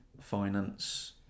finance